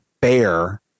bear